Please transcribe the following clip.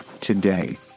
today